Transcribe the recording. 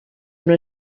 una